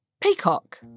Peacock